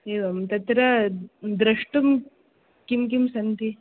एवं तत्र द्रष्टुं किं किं सन्ति